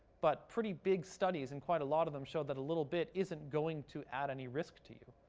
but pretty big studies, and quite a lot of them, show that a little bit isn't going to add any risk to you.